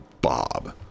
Bob